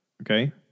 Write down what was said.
Okay